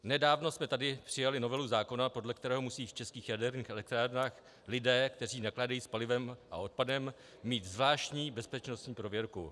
Nedávno jsme tady přijali novelu zákona, podle kterého musí v českých jaderných elektrárnách lidé, kteří nakládají s palivem a odpadem, mít zvláštní bezpečnostní prověrku.